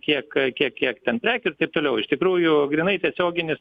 kiek kiek kiek ten prekių ir taip toliau iš tikrųjų grynai tiesioginis